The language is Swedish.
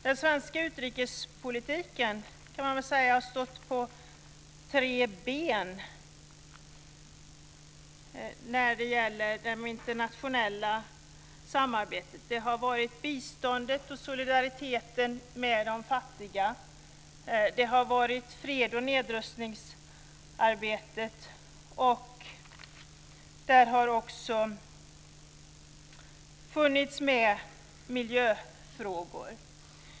Den svenska utrikespolitiken kan man säga har stått på tre ben när det gäller det internationella samarbetet: biståndet och solidariteten med de fattiga, fred och nedrustningsarbetet och miljöfrågorna.